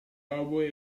oboe